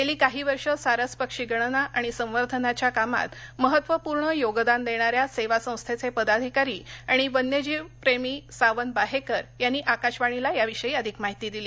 गेली काही वर्ष सारस पक्षी गणना आणि संवर्धनाच्या कामात महत्त्वपूर्ण योगदान देणाऱ्या सेवा संस्थेचे पदाधिकारी आणि वन्यजीव प्रेमी सावन बाहेकर यांनी आकाशवाणीला याविषयी अधिक माहिती दिली